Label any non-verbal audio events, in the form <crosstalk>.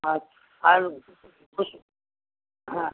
আচ্ছা আর <unintelligible> হ্যাঁ